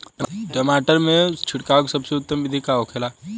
टमाटर में छिड़काव का सबसे उत्तम बिदी का होखेला?